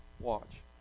watch